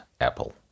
Apple